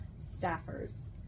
staffers